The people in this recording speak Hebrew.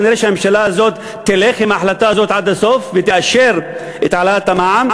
נראה שהממשלה הזאת תלך עם ההחלטה הזאת עד הסוף ותאשר את העלאת המע"מ,